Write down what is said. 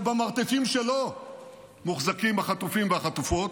שבמרתפים שלו מוחזקים החטופים והחטופות,